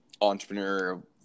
entrepreneur